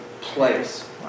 place